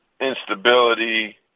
instability